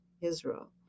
Israel